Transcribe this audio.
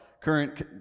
current